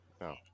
No